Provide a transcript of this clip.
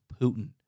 Putin